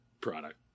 product